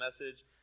message